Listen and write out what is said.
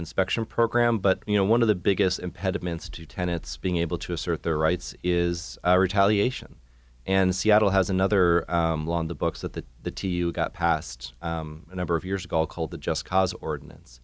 inspection program but you know one of the biggest impediments to tenants being able to assert their rights is retaliation and seattle has another on the books that the two you got passed a number of years ago called the just cause ordinance